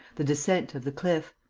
the descent of the cliff.